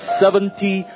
seventy